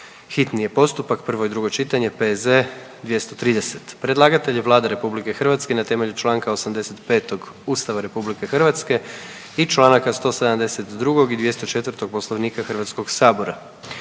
hitni postupak, prvo i drugo čitanje, P.Z. 230 Predlagatelj je Vlada RH na temelju čl. 85. Ustava RH i čl. 172., 204. Poslovnika Hrvatskog sabora.